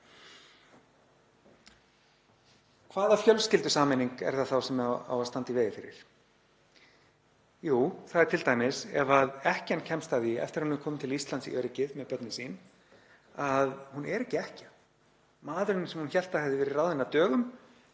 Hvaða fjölskyldusameining er það þá sem á að standa í vegi fyrir? Jú, það er t.d. ef ekkjan kemst að því eftir að hún er komin til Íslands í öryggi með börnin sín að hún er ekki ekkja. Maðurinn sem hún hélt að hefði verið ráðinn af dögum